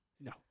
No